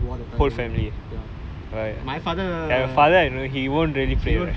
and then ya and all three of us wore the kayiru lah ya